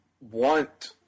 want